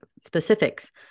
specifics